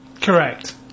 Correct